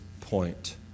point